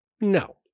No